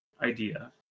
idea